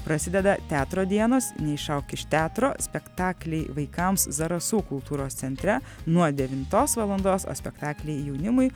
prasideda teatro dienos neišauk iš teatro spektakliai vaikams zarasų kultūros centre nuo devintos valandos o spektakliai jaunimui